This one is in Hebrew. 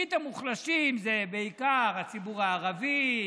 ברית המוחלשים זה בעיקר הציבור הערבי,